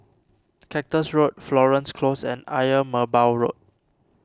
Cactus Road Florence Close and Ayer Merbau Road